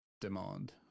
demand